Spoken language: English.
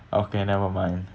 okay nevermind